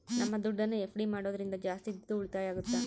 ನಮ್ ದುಡ್ಡನ್ನ ಎಫ್.ಡಿ ಮಾಡೋದ್ರಿಂದ ಜಾಸ್ತಿ ದುಡ್ಡು ಉಳಿತಾಯ ಆಗುತ್ತ